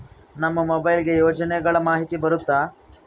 ನಮ್ ಮೊಬೈಲ್ ಗೆ ಯೋಜನೆ ಗಳಮಾಹಿತಿ ಬರುತ್ತ?